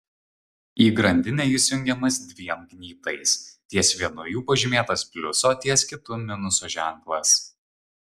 į grandinę jis jungiamas dviem gnybtais ties vienu jų pažymėtas pliuso ties kitu minuso ženklas